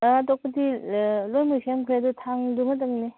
ꯑꯇꯣꯞꯄꯗꯤ ꯂꯣꯏꯃꯛ ꯁꯦꯝꯈ꯭ꯔꯦ ꯑꯗꯨ ꯊꯥꯡꯗꯨꯃꯇꯪꯅꯤ